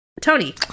Tony